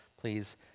Please